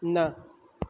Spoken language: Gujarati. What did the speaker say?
ના